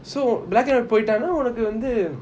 so black and white போய்ட்டான் உன்னக்கு வந்து:poitana unnaku vanthu